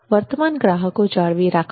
વર્તમાન ગ્રાહકો જાળવી રાખવા